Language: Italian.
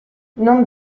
non